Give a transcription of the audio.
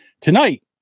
Tonight